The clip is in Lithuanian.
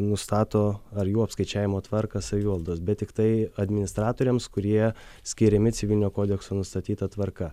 nustato ar jų apskaičiavimo tvarką savivaldos bet tiktai administratoriams kurie skiriami civilinio kodekso nustatyta tvarka